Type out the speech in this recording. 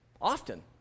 often